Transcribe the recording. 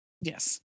Yes